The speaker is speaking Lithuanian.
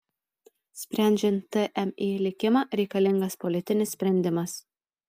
sprendžiant tmi likimą reikalingas politinis sprendimas